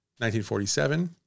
1947